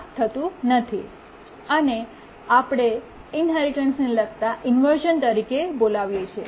આ થતું નથી અને આપણે ઇન્હેરિટન્સને લગતા ઇન્વર્શ઼ન તરીકે બોલાવ્યા છે